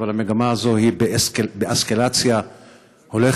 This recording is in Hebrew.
אבל המגמה הזאת היא באסקלציה הולכת